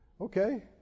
okay